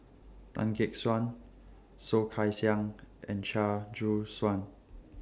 Tan Gek Suan Soh Kay Siang and Chia Choo Suan